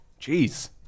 Jeez